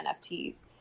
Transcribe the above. NFTs